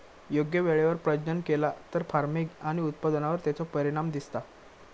योग्य वेळेवर प्रजनन केला तर फार्मिग आणि उत्पादनावर तेचो परिणाम दिसता